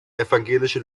evangelische